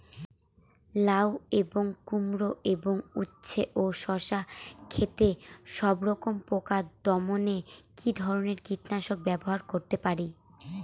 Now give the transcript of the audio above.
লাউ এবং কুমড়ো এবং উচ্ছে ও শসা ক্ষেতে সবরকম পোকা দমনে কী ধরনের কীটনাশক ব্যবহার করতে পারি?